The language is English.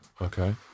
okay